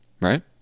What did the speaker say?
right